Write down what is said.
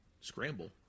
scramble